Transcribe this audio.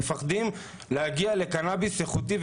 כי מפחדים להגיע לקנביס איכותי,